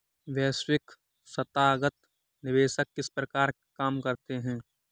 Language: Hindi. वैश्विक संथागत निवेशक किस प्रकार काम करते हैं?